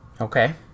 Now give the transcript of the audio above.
Okay